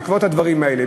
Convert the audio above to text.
בעקבות הדברים האלה,